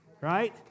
Right